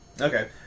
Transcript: Okay